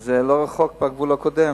וזה לא רחוק מהגבול הקודם.